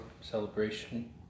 Celebration